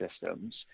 systems